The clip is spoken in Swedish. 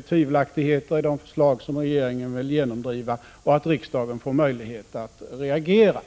och tvivelaktigheter i de förslag som regeringen vill genomdriva och att riksdagen får möjlighet att reagera.